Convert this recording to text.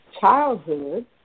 childhood